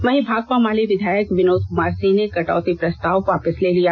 वहीं भाकपा माले विधायक विनोद कुमार सिंह ने कटौती प्रस्ताव वापस ले लिया